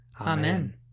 Amen